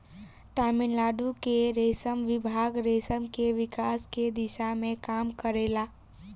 तमिलनाडु के रेशम विभाग रेशम के विकास के दिशा में काम करेला